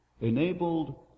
enabled